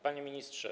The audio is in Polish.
Panie Ministrze!